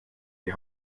die